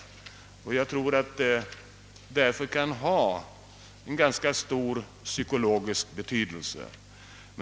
Den kan därför ha en ganska stor psykologisk betydelse.